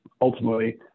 ultimately